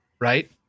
right